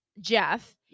Jeff